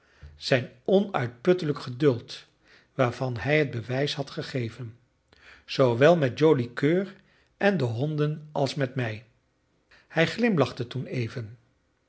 zijn onuitputtelijk geduld waarvan hij het bewijs had gegeven zoowel met joli coeur en de honden als met mij hij glimlachte toen even